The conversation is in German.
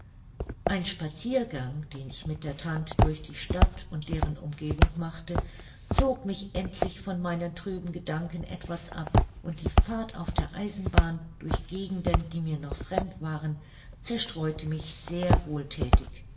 ein spaziergang den ich mit der tante durch die stadt und deren umgebung machte zog mich endlich von meinen trüben gedanken etwas ab und die fahrt auf der eisenbahn durch gegenden die mir noch fremd waren zerstreute mich sehr wohlthätig